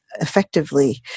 effectively